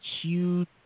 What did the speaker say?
huge